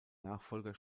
nachfolger